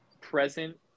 present